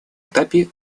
этапе